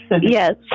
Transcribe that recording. Yes